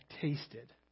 tasted